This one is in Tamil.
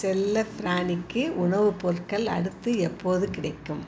செல்லப்பிராணிக்கு உணவுப் பொருட்கள் அடுத்து எப்போது கிடைக்கும்